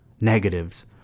Negatives